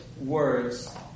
words